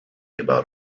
about